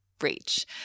reach